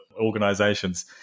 organizations